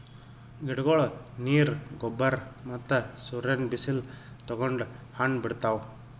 ಗಿಡಗೊಳ್ ನೀರ್, ಗೊಬ್ಬರ್ ಮತ್ತ್ ಸೂರ್ಯನ್ ಬಿಸಿಲ್ ತಗೊಂಡ್ ಹಣ್ಣ್ ಬಿಡ್ತಾವ್